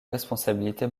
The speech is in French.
responsabilité